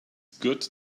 good